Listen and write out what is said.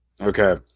Okay